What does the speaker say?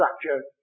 structure